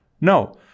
No